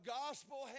gospel